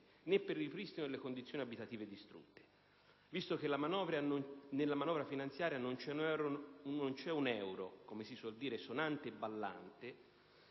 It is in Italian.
né per il ripristino delle condizioni abitative distrutte. Visto che nella manovra finanziaria non c'è un euro "sonante e ballante"